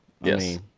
Yes